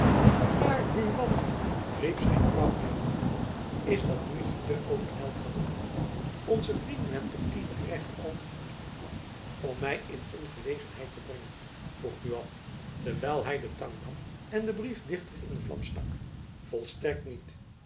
maar buat riep zijn vrouw uit is dat nu niet te overijld gehandeld onze vrienden hebben toch eenig recht om om my in ongelegenheid te brengen vroeg buat terwijl hy den tang nam en den brief dichter in de vlam stak volstrekt niet